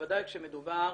בוודאי כשמדובר